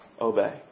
obey